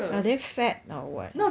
are they fat or what